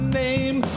name